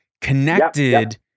connected